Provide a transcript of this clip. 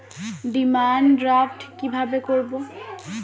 Demand draft কীভাবে করব?